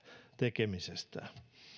tekemisestään